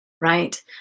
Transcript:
right